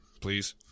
please